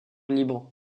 liban